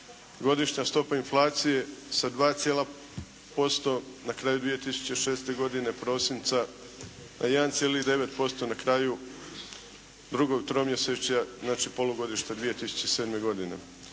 Godišnja stopa inflacije sa dva cijela posto na kraju 2006. godine prosinca 1,9%, na kraju drugog tromjesečja znači polugodište 2007. godine.